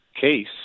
Case